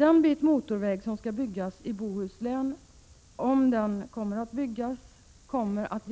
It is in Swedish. Om denna motorväg byggs i Bohuslän kommer